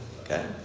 Okay